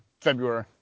February